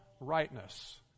rightness